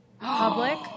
public